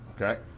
okay